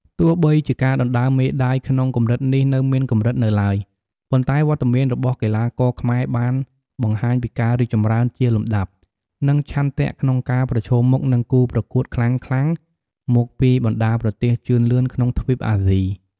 ទោះបីជាការដណ្តើមមេដាយក្នុងកម្រិតនេះនៅមានកម្រិតនៅឡើយ ប៉ុន្តែវត្តមានរបស់កីឡាករខ្មែរបានបង្ហាញពីការរីកចម្រើនជាលំដាប់ និងឆន្ទៈក្នុងការប្រឈមមុខនឹងគូប្រកួតខ្លាំងៗមកពីបណ្តាប្រទេសជឿនលឿនក្នុងទ្វីបអាស៊ី ។